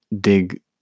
dig